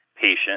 patient